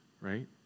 right